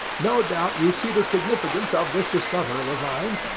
no doubt you see the significance of this discovery of mine?